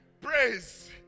Praise